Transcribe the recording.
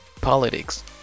politics